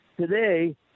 today